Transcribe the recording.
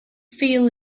feel